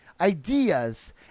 ideas